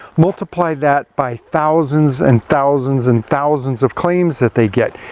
multiply that by thousands and thousands and thousands of claims that they get.